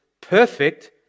perfect